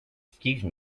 excuse